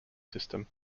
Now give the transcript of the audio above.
system